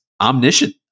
omniscient